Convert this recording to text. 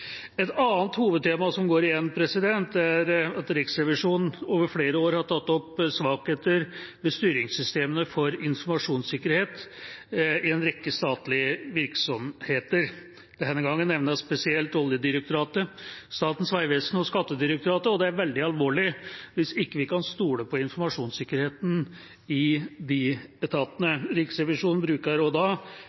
Et annet hovedtema som går igjen, er at Riksrevisjonen over flere år har tatt opp svakheter ved styringssystemene for informasjonssikkerhet i en rekke statlige virksomheter. Denne gangen nevnes spesielt Oljedirektoratet, Statens vegvesen og Skattedirektoratet, og det er veldig alvorlig hvis ikke vi kan stole på informasjonssikkerheten i de etatene. Riksrevisjonen bruker da